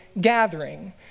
gathering